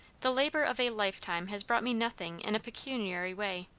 the labor of a lifetime has brought me nothing in a pecuniary way.